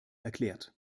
erklärt